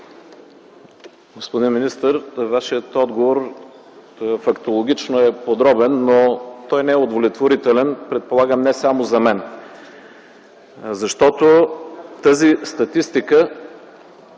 Господин министър, Вашият отговор фактологично е подробен, но той не е удовлетворителен – предполагам не само за мен, защото тази статистика